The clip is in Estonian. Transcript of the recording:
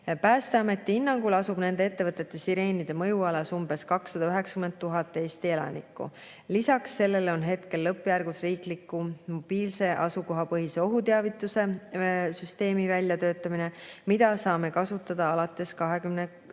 Päästeameti hinnangul asub nende ettevõtete sireenide mõjualas umbes 290 000 Eesti elanikku. Lisaks sellele on lõppjärgus riikliku mobiilse asukohapõhise ohuteavituse süsteemi väljatöötamine, mida saame kasutada alates 2022.